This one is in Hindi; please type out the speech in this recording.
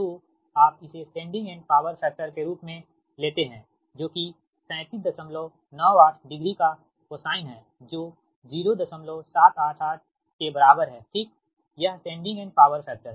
तो आप इसे सेंडिंग एंड पावर फैक्टर के रूप में लेते हैं जो कि 3798 डिग्री का कोसाइन है जो 0788 के बराबर है ठीक यह सेंडिंग एंड पावर फैक्टर है